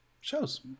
shows